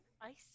Ice